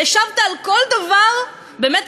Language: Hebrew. והשבת על כל דבר באמת,